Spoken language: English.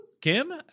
Kim